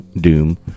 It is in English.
Doom